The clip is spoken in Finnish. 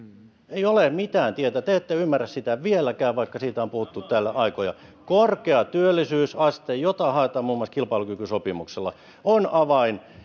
ei ole mitään tietä te ette ymmärrä sitä vieläkään vaikka siitä on puhuttu täällä aikoja korkea työllisyysaste jota haetaan muun muassa kilpailukykysopimuksella on avain